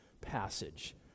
passage